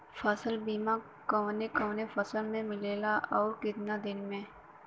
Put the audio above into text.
फ़सल बीमा कवने कवने फसल में मिलेला अउर कितना दिन में?